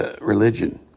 religion